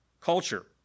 culture